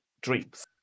dreams